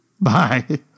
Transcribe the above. Bye